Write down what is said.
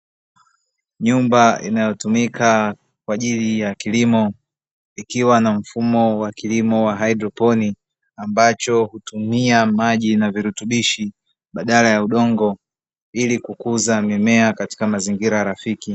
Nyumba inayotumika kwa ajili ya kilimo ikiwa na mfumo wa kilimo wa haidroponi, ambacho hutumia maji na virutubishi badala ya udongo ili kukuza mimea katika mazingira rafiki.